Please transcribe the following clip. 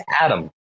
Adam